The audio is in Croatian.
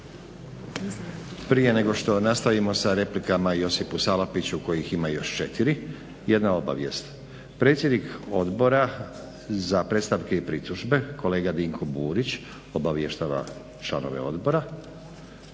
Prije nego što nastavimo sa replikama Josipu Salapiću kojih ima još četiri jedna obavijest. Predsjednik Odbora za predstavke i pritužbe, kolega Dinko Burić obavještava članove Odbora